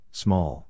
small